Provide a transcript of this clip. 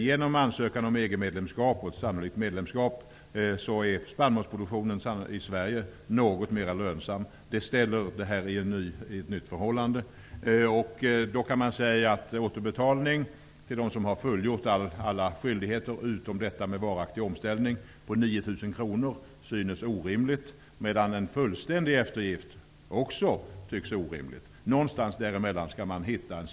Genom ansökan om EG-medlemskap, ett sannolikt sådant, är spannmålsproduktionen i Sverige något mer lönsam. Det ställer saken i ett nytt sken. En återbetalning med 9 000 kr till dem som fullgjort alla skyldigheter, utom kravet på varaktig omställning, synes orimlig, medan en fullständig eftergift också tycks orimlig. Man skall komma fram till ett belopp någonstans däremellan.